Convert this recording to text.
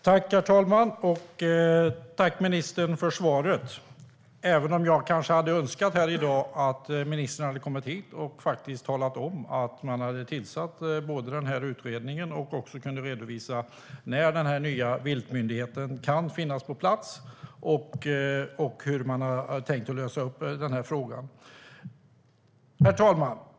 Herr talman! Tack, ministern, för svaret, även om jag kanske hade önskat att ministern hade meddelat att man hade tillsatt utredningen och att man hade kunnat redovisa när den nya viltmyndigheten kan finnas på plats och hur man har tänkt att lösa den här frågan.